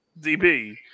DB